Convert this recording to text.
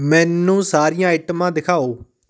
ਮੈਨੂੰ ਸਾਰੀਆਂ ਆਈਟਮਾਂ ਦਿਖਾਓ